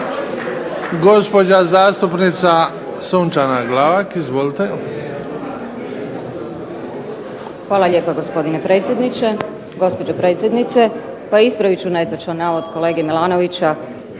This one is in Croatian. Gospođa zastupnica Sunčana Glavak, izvolite.